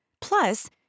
plus